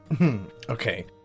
Okay